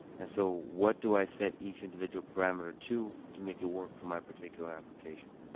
and so what do i set each individual parameter to to make it work for my particular application?